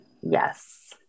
Yes